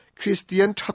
Christian